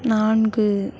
நான்கு